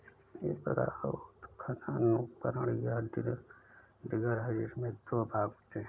एक प्रकार का उत्खनन उपकरण, या डिगर है, जिसमें दो भाग होते है